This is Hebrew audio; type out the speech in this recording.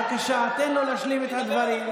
בבקשה, תן לו להשלים את הדברים.